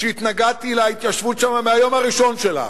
שהתנגדתי להתיישבות שמה מהיום הראשון שלה,